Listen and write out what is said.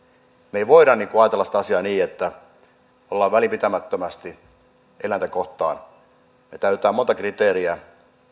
me emme voi ajatella sitä asiaa niin että ollaan välinpitämättömästi eläintä kohtaan me täytämme monta kriteeriä